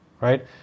right